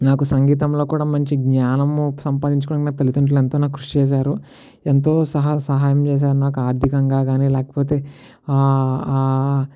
నాకు సంగీతంలో కూడా మంచి జ్ఞానం సంపాదించుకోడానికి నా తల్లిదండ్రులు ఎంతో నాకు కృషి చేసారు ఎంతో సహా సహాయం చేసారు నాకు ఆర్థికంగా కానీ లేకపోతే